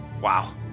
Wow